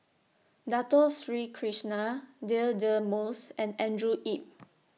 Dato Sri Krishna Deirdre Moss and Andrew Yip